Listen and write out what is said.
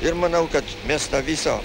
ir manau kad mes tą visą